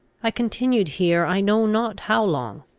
i continued here i know not how long.